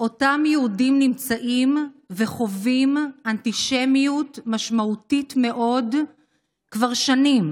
אותם יהודים חווים אנטישמיות משמעותית מאוד כבר שנים.